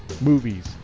movies